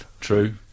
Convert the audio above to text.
True